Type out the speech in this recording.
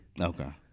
Okay